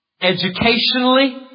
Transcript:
educationally